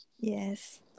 Yes